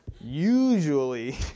Usually